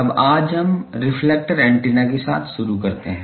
अब आज हम रिफ्लेक्टर एंटीना के साथ शुरू करते हैं